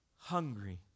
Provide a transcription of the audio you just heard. hungry